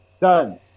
Done